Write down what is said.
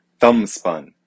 thumbspun